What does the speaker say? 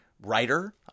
writer